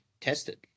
tested